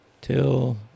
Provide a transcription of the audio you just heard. Till